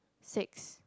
six